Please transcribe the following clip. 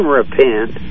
repent